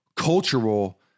cultural